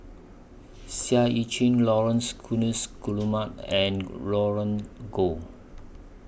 Seah EU Chin Laurence Guillemard and Roland Goh